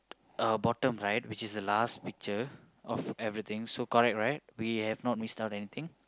uh bottom right which is the last picture of everything so correct right we have not missed out anything